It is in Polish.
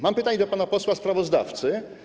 Mam pytanie do pana posła sprawozdawcy.